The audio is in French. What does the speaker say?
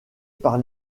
par